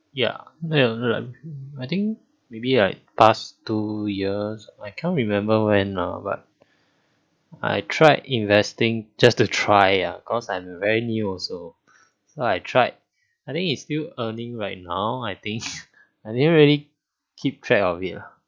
ya I think maybe like past two years I can't remember when lah but I tried investing just to try ah cause I'm very new also so I tried I think it's still earning right now I think I didn't really keep track of it lah